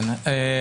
כן.